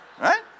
Right